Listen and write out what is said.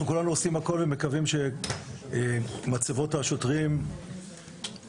כולנו עושים הכול ומקווים שמצבות השוטרים יושלמו,